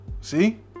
See